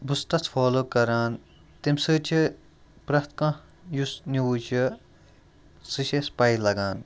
بہٕ چھُس تَتھ فالو کَران تَمہِ سۭتۍ چھُ پرٛیٚتھ کانٛہہ یۄس نِوٕز چھِ سۄ چھِ اسہِ پاے لَگان